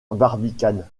barbicane